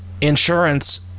insurance